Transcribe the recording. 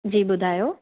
जी ॿुधायो